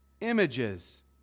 images